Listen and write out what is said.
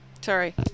Sorry